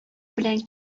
белән